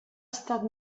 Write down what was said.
estat